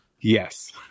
Yes